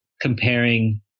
comparing